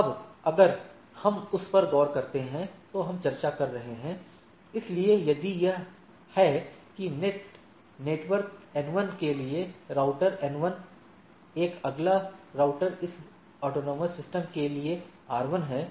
अब अगर हम उस पर गौर करते हैं जो हम चर्चा कर रहे हैं इसलिए यदि यह है कि नेट नेटवर्क एन 1 के लिए राउटर एन 1 एक अगला राउटर इस एएस के लिए आर 1 है